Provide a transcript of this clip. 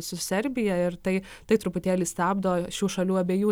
su serbija ir tai tai truputėlį stabdo šių šalių abiejų